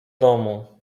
domu